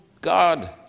God